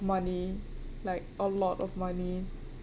money like a lot of money